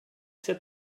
said